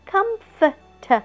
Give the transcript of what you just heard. Comfort